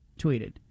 tweeted